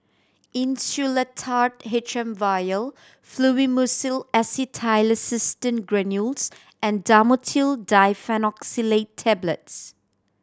Insulatard H M Vial Fluimucil Acetylcysteine Granules and Dhamotil Diphenoxylate Tablets